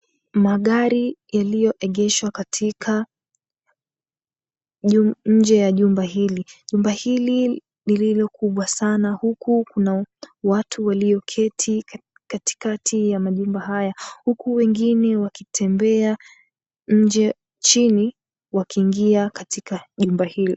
Magari yaliyoegeshwa katika nje ya jumba hili. Jumba hili lililokubwa sana huku kuna watu walioketi katikati ya majumba haya, huku wengine wakitembea nje chini wakiingia katika jumba hili.